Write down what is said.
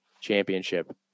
championship